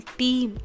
team